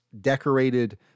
decorated